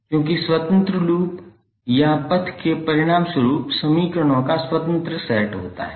क्योंकि स्वतंत्र छोरों या पथ के परिणामस्वरूप समीकरणों का स्वतंत्र सेट होता है